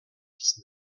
dix